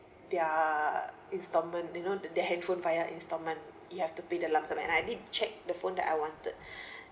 their installment you know the the handphone via installment you have to pay the lump sum and I did check the phone that I wanted